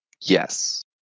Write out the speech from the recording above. Yes